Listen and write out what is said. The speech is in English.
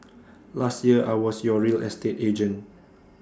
last year I was your real estate agent